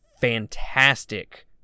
Fantastic